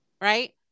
Right